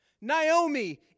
Naomi